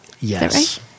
Yes